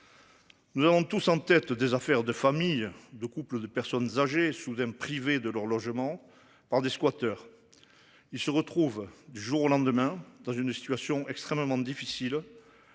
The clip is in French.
Nous avons tous en tête des affaires de familles de couples de personnes âgées soudain privés de leur logement par des squatters. Il se retrouvent du jour au lendemain dans une situation extrêmement difficile.